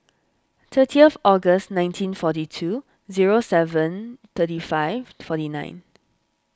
thirty August nineteen forty two zero seven thirty five forty nine